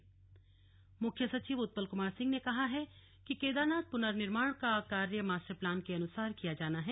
slug समीक्षा बैठक मुख्य सचिव उत्पल कुमार सिंह ने कहा है कि केदारनाथ पुनर्निर्माण का कार्य मास्टर प्लान के अनुसार किया जाना है